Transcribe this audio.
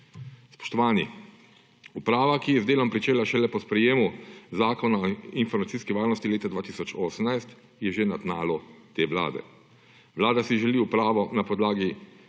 Spoštovani! Uprava, ki je z delom pričela šele po sprejetju Zakona o informacijski varnosti leta 2018, je že na tnalu te Vlade. Vlada si želi upravo na podlagi